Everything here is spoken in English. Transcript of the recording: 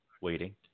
waiting